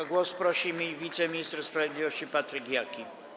O głos prosi wiceminister sprawiedliwości Patryk Jaki.